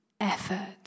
effort